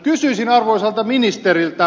kysyisin arvoisalta ministeriltä